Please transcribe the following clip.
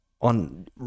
On